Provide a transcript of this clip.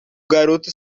garoto